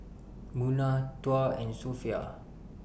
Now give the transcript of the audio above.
Munah Tuah and Sofea